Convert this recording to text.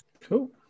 Cool